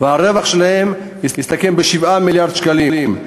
והרווח שלהם הסתכם ב-7 מיליארד שקלים.